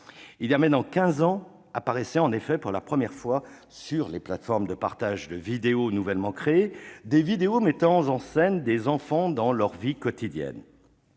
Il y a maintenant quinze ans apparaissaient pour la première fois, sur les plateformes de partage de vidéos nouvellement créées, des vidéos mettant en scène des enfants dans leur vie quotidienne.